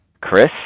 chris